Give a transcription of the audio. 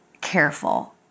careful